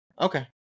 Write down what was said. Okay